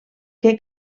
que